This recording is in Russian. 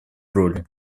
роли